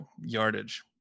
yardage